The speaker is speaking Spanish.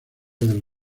del